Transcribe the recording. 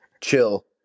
chill